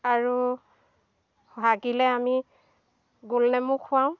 আৰু হাগিলে আমি গোলনেমু খুৱাওঁ